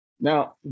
Now